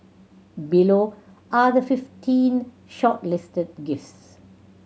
below are the fifteen shortlisted gifts